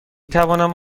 توانم